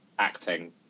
Acting